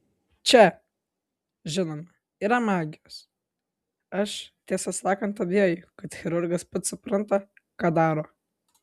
čia žinoma yra magijos aš tiesą sakant abejoju kad chirurgas pats supranta ką daro